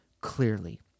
clearly